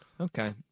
Okay